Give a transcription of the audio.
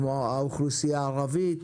כמו האוכלוסייה הערבית